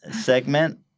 segment